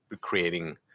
creating